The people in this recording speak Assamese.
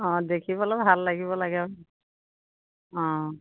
অঁ দেখিবলৈ ভাল লাগিব লাগে অঁ